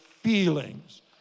feelings